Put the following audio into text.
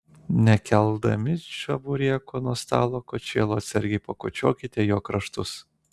nekeldami čebureko nuo stalo kočėlu atsargiai pakočiokite jo kraštus